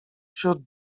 wśród